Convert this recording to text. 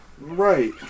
Right